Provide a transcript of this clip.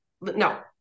No